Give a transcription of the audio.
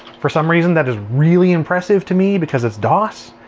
for some reason that is really impressive to me because it's dos.